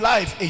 Life